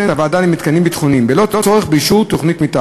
הוועדה למתקנים ביטחוניים בלא צורך באישור תוכניות,